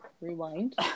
rewind